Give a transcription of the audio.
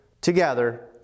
together